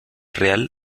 real